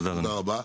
תודה רבה.